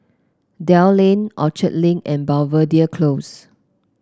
Dell Lane Orchard Link and Belvedere Close